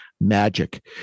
magic